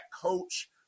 Coach